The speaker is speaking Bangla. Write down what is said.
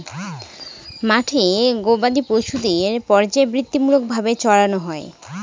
মাঠে গোবাদি পশুদের পর্যায়বৃত্তিমূলক ভাবে চড়ানো হয়